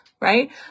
right